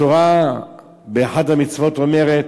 התורה באחת המצוות אומרת: